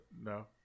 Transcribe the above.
No